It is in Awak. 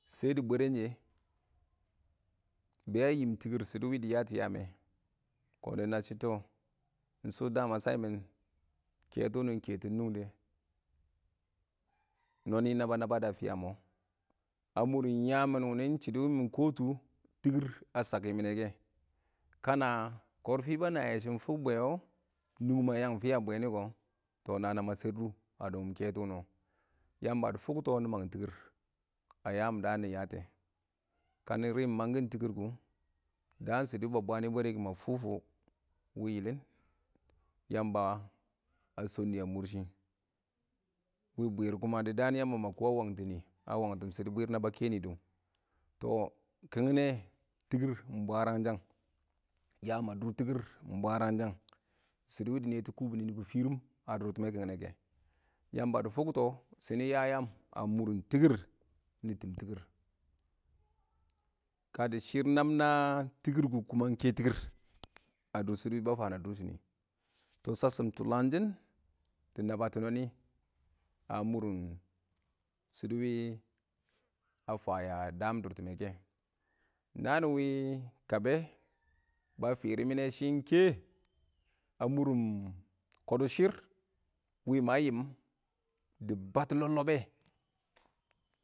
Shɛ dɪ bwɛrɛn shɛ, be a yɪm tɪkɪr shɪdɔ dɪ yatɔ yaam mɛ kɔn dɪ nab shɪ tɔ, ɪng shɔ da ma sha yɪmɪn kɛtɔ wʊnɪ ɪng kɛtɔn nungdə nɔnɪ na ba naba dɔ a fɪya mɔ, a mʊrɪn yaam mɪn wɪ nɪ ɪng shɪdɔ wɪ mɪ kɔtʊ tikir a shak yɛ mɪnɛ kɛ, ka na kɔrfi ba na yɛ shɪn ɪng fʊk bwɛɛ wɔ nungi mɪ a yangɪn fɪya bwɛɛ nɪ kɔ, na na nama shɪradɔ a dʊngʊm kɛtɔ wʊnɪ wɔ Yamba dɪ fɒʊktɔ kɪ nɪ mang tikir a yaan daan nɪ yate ka nɪ rɪm mang kɪn tɪkɪr kʊ daan shɪdɔ wɪ ba bwaanɛ bwɛrɛ kɪ, ma fʊfʊ wɪ yɪlɪn Yamba a chɔnnɪ a mʊr shɪ, wɪ bwɪɪr kuma dɪ daan ma kɔ Yamba a wangtɪm mɪ nɪ dɪ shɪdo bwɪir naba kɛnɪ dʊ. tɔ kɪngnɛ tɪkɪr ɪng bwarang shang, yaam a dʊr tɪkɪr ɪng bwarag shang shɪdɔ wɪ dɪ nɛtɔ kubini nɪbɔ fɪrɪm a dʊrtɪmmɛ kɪngnɛ kɛ, Yamba dɪ fʊktɔ shɪ nɪ ya yaam a dʊr tɪkɪr nɪ tɪm tɪkɪr ka dɪ shɪrr nab na tɪkɪr kʊ kuma kɛ tɪkɪr a dʊr shɪdɔ ba fan a dʊr shɪ nɪ tɔ shasshɪn tʊlanshɪn dɪ naba tɔ nɔnɪ a mʊrɪn shɪdɔ wɪ a fayɛ a daam dʊrtɪmmɛ kɛ. Naam nɪ wɪ kabɛ, ba fɪr yɪ mɪnɛ shɪn kɛ a mʊr kɔdɔ shɪr wɪ ma yɪm ɪ batʊ lɔb-lɔb bɛ.